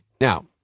Now